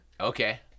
Okay